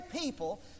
people